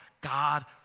God